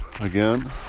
again